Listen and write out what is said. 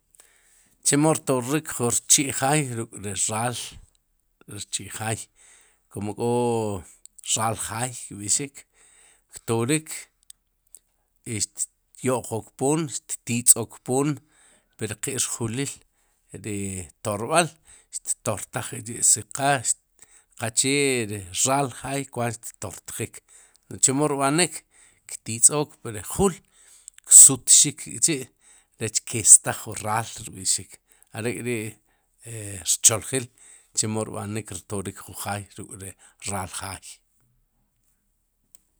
Chemo rtorik jun rchi' jaay ruk' ruk'ri raal rchi' jaay kum k'o raal jaay kb'ixik, ktorik, i xtyo'qok poom, xtitzookpoom, pi ri qe'rjuliil, ri torb'aal, ttoortajk'chi' si qa qaqchee ri raal jaay kwaat xtortjik, n'oj chemo rb'anik, ktizook pri juul ksutxik k'chi' rech keestaaj wu raal, rb'i'xiik, arek'ri rchooljil, chemo rb'anik rtorik jun jaay ruk'ri raay jaay.